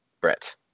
brett